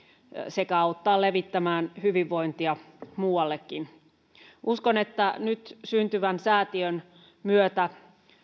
sekä auttaa levittämään hyvinvointia muuallekin uskon että nyt syntyvän säätiön myötä